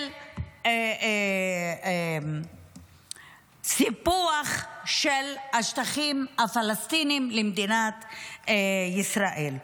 של סיפוח השטחים הפלסטיניים למדינת ישראל.